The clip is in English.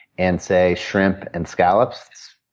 and, say, shrimp and scallops.